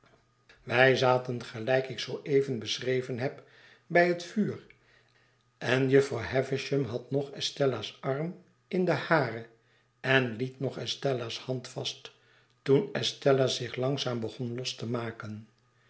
wij zaten gelijk ik zoo even beschreven heb bij het vuur en jufvrouw havisham had nog estella s arm in den haren en hield nog estella's hand vast toen estella zich langzaam begon los te maken